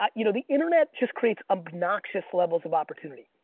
um you know the internet just creates obnoxious levels of opportunity.